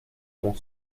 mon